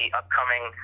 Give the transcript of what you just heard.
upcoming